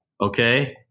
okay